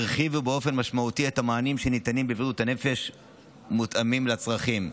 הרחיבו באופן משמעותי את המענים שניתנים בבריאות הנפש ומותאמים לצרכים,